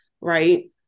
Right